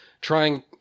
trying